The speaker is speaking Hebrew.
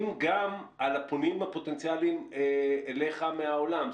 גם על הפונים הפוטנציאליים אליך מהעולם?